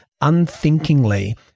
unthinkingly